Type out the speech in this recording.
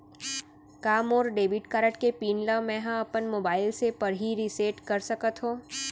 का मोर debit card के पिन ल मैं ह अपन मोबाइल से पड़ही रिसेट कर सकत हो?